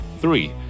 Three